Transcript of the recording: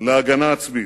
להגנה עצמית.